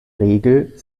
regel